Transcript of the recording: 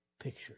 picture